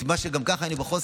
של מה שאנחנו גם ככה בחוסר,